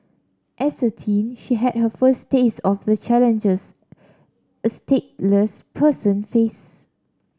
as a teen she had her first taste of the challenges a stateless person face